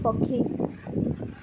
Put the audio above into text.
ପକ୍ଷୀ